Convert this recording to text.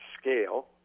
scale